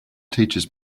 teaches